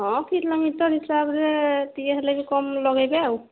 ହଁ କିଲୋମିଟର ହିସାବରେ ଟିକେ ହେଲେ ବି କମ୍ ଲଗାଇବେ ଆଉ